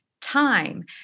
time